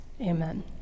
amen